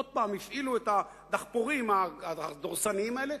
עוד פעם הפעילו את הדחפורים הדורסניים האלה,